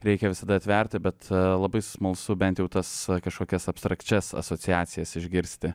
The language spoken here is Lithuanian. reikia visada atverti bet labai smalsu bent jau tas kažkokias abstrakčias asociacijas išgirsti